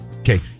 okay